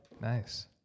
Nice